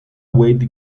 wade